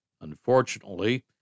Unfortunately